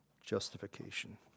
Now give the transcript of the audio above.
justification